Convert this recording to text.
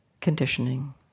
conditioning